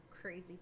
crazy